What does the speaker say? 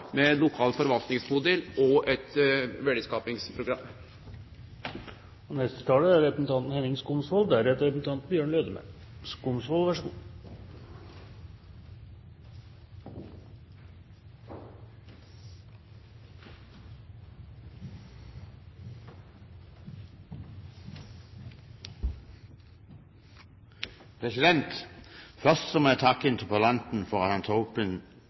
med ein lokal forvaltningsmodell og eit verdiskapingsprogram. Først må jeg takke interpellanten for at han tar opp